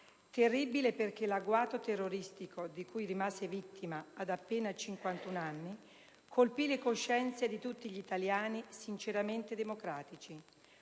Terribile perché l'agguato terroristico di cui rimase vittima, ad appena 51 anni, colpì le coscienze di tutti gli italiani sinceramente democratici.